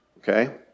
Okay